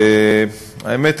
והאמת,